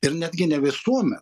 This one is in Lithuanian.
ir netgi ne visuomet